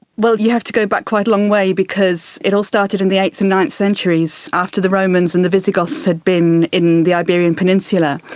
well, you have to go back quite a long way because it all started in the eighth and ninth centuries after the romans and the visigoths had been in the iberian peninsula.